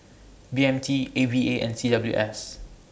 B M T A V A and C W S